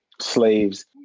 slaves